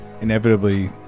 inevitably